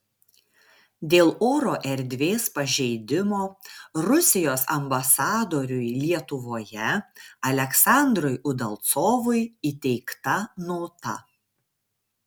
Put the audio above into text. dėl oro erdvės pažeidimo rusijos ambasadoriui lietuvoje aleksandrui udalcovui įteikta nota